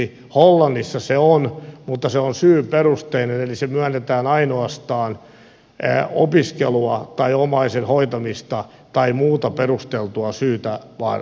hollannissa se on mutta se on syyperusteinen eli se myönnetään ainoastaan opiskelua tai omaisen hoitamista tai muuta perusteltua syytä varten